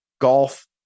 Golf